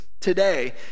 today